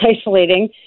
isolating